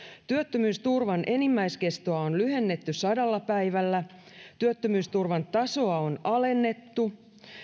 työttömyysturvan enimmäiskestoa on lyhennetty sadalla päivällä työttömyysturvan tasoa on alennettu